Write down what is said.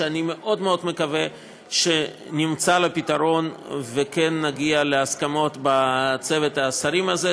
ואני מאוד מאוד מקווה שנמצא לה פתרון וכן נגיע להסכמות בצוות השרים הזה.